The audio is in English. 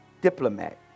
Diplomat